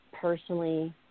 personally